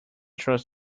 trust